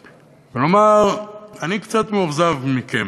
ולומר: אני קצת מאוכזב מכם.